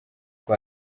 kuko